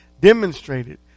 demonstrated